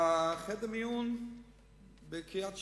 חדר המיון בקריית-שמונה,